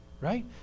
Right